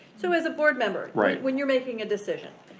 so as a board member, right. when you're making a decision,